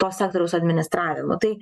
to sektoriaus administravimu tai